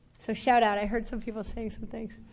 so shout out. i heard some people say some things.